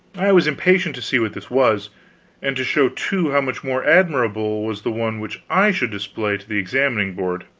i was impatient to see what this was and to show, too, how much more admirable was the one which i should display to the examining board.